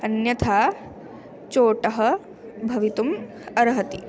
अन्यथा चोटः भवितुम् अर्हति